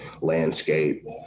landscape